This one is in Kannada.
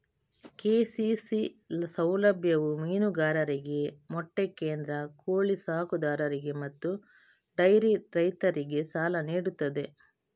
ಕೆ.ಸಿ.ಸಿ ಸೌಲಭ್ಯವು ಮೀನುಗಾರರಿಗೆ, ಮೊಟ್ಟೆ ಕೇಂದ್ರ, ಕೋಳಿ ಸಾಕುದಾರರಿಗೆ ಮತ್ತು ಡೈರಿ ರೈತರಿಗೆ ಸಾಲ ನೀಡುತ್ತದೆ